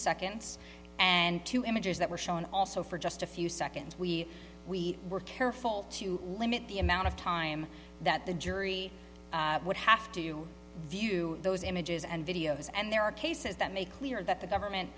seconds and two images that were shown also for just a few seconds we we were careful to limit the amount of time that the jury would have to view those images and videos and there are cases that make clear that the government